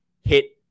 hit